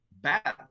bad